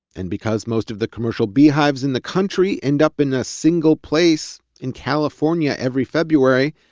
and because most of the commercial beehives in the country end up in a single place in california, every february,